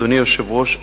אדוני היושב-ראש,